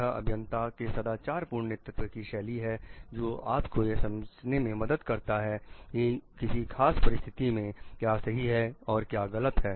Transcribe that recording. यह अभियंताओं के सदाचार पूर्ण नेतृत्व की शैली जो आप को यह समझने में मदद करते हैं कि किसी खास परिस्थिति में क्या सही है और क्या गलत है